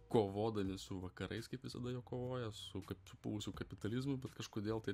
kovodami su vakarais kaip visada kovoja su supuvusiu kapitalizmu bet kažkodėl tai